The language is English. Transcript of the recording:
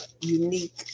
unique